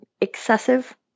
excessive